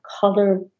color